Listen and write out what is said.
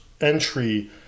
entry